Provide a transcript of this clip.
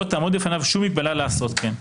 לא תעמוד בפניו שום מגבלה לעשות כן.